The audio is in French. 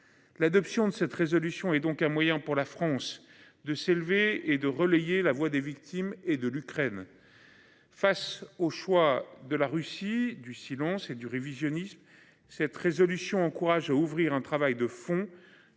L'adoption de cette résolution est donc un moyen pour la France de s'élever et de relayer la voix des victimes et de l'Ukraine. Face au choix de la Russie du Ilon c'est du révisionnisme cette résolution encourage à ouvrir un travail de fond